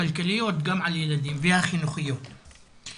הכלכליות והחינוכיות גם על ילדים.